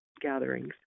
gatherings